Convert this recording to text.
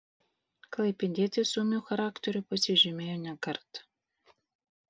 klaipėdietis ūmiu charakteriu pasižymėjo ne kartą